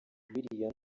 biriya